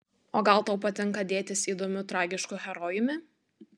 o gal tau patinka dėtis įdomiu tragišku herojumi